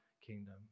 kingdom